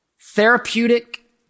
therapeutic